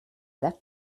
that